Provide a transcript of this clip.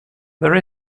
there